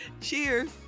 Cheers